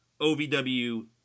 OVW